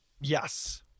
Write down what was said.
yes